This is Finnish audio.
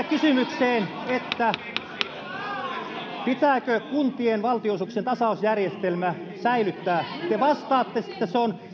kysymykseen siitä pitääkö kuntien valtionosuuksien tasausjärjestelmä säilyttää te vastaatte että se on